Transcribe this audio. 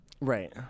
Right